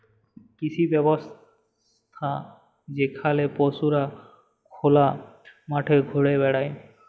কৃষি ব্যবস্থা যেখালে পশুরা খলা মাঠে ঘুরে বেড়ায়